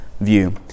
view